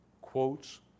quotes